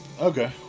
okay